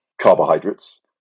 carbohydrates